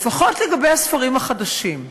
לפחות לגבי הספרים החדשים.